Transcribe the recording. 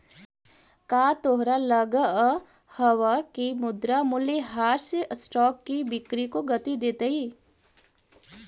का तोहरा लगअ हवअ की मुद्रा मूल्यह्रास स्टॉक की बिक्री को गती देतई